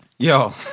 Yo